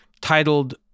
titled